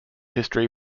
history